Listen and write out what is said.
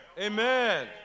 Amen